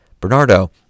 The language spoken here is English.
Bernardo